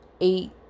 eight